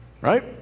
right